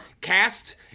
cast